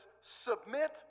submit